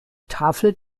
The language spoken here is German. tafel